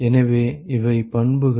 எனவே இவை பண்புகள்